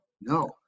No